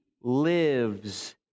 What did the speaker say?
lives